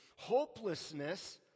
hopelessness